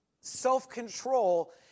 self-control